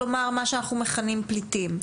כלומר, מה שאנחנו מכנים פליטים.